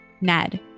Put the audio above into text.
Ned